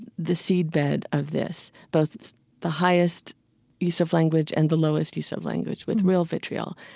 the seed bed of this, both the highest use of language and the lowest use of language with real vitriol,